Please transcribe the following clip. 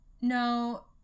No